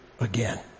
again